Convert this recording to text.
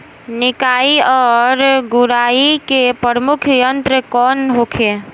निकाई और गुड़ाई के प्रमुख यंत्र कौन होखे?